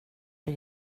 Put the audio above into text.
hur